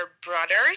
brothers